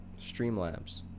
Streamlabs